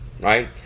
right